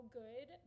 good